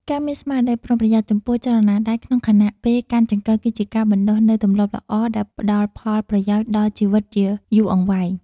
ការមានស្មារតីប្រុងប្រយ័ត្នចំពោះចលនាដៃក្នុងខណៈពេលកាន់ចង្កឹះគឺជាការបណ្តុះនូវទម្លាប់ល្អដែលផ្តល់ផលប្រយោជន៍ដល់ជីវិតជាយូរអង្វែង។